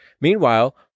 Meanwhile